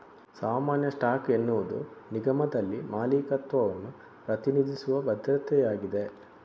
ಸಾಮಾನ್ಯ ಸ್ಟಾಕ್ ಎನ್ನುವುದು ನಿಗಮದಲ್ಲಿ ಮಾಲೀಕತ್ವವನ್ನು ಪ್ರತಿನಿಧಿಸುವ ಭದ್ರತೆಯಾಗಿದೆ